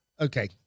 Okay